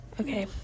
okay